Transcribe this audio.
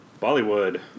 Bollywood